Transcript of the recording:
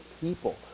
people